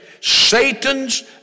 Satan's